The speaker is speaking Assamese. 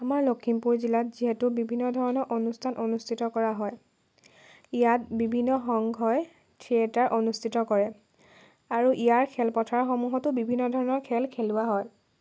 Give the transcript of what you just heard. আমাৰ লখিমপুৰ জিলাত যিহেতু বিভিন্নধৰণৰ অনুষ্ঠান অনুষ্ঠিত কৰা হয় ইয়াত বিভিন্ন সংঘই থিয়েটাৰ অনুষ্ঠিত কৰে আৰু ইয়াৰ খেলপথাৰ সমূহতো বিভিন্ন ধৰণৰ খেল খেলোৱা হয়